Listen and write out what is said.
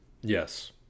yes